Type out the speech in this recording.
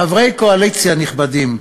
חברי קואליציה נכבדים,